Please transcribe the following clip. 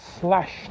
slashed